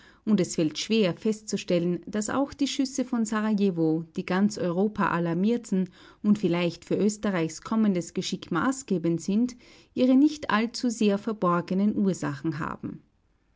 und es fällt schwer festzustellen daß auch die schüsse von serajewo die ganz europa alarmierten und vielleicht für österreichs kommendes geschick maßgebend sind ihre nicht allzu sehr verborgenen ursachen haben